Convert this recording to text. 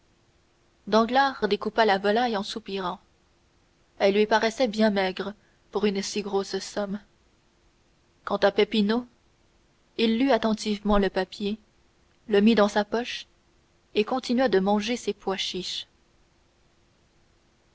découpa la volaille en soupirant elle lui paraissait bien maigre pour une si grosse somme quant à peppino il lut attentivement le papier le mit dans sa poche et continua de manger ses pois chiches